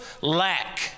lack